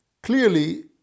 Clearly